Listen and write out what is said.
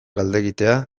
galdegitea